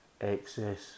excess